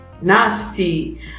nasty